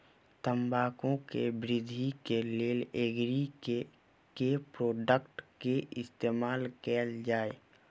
तम्बाकू केँ वृद्धि केँ लेल एग्री केँ के प्रोडक्ट केँ इस्तेमाल कैल जाय?